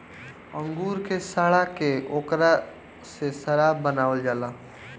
अंगूर के सड़ा के ओकरा से शराब बनावल जाला